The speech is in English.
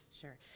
Sure